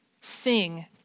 Sing